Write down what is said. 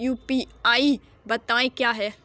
UPI सवायें क्या हैं?